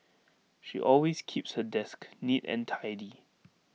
she always keeps her desk neat and tidy